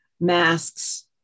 masks